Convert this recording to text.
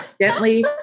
gently